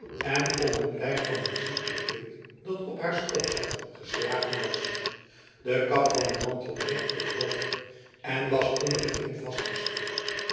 en om het lijf van een ziekelijk kind dat op haar schoot zat geslagen was de kap van den mantel bedekte het hoofd en was onder de kin